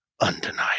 undeniable